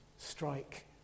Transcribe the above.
Strike